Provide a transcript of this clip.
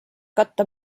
katta